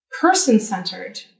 person-centered